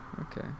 Okay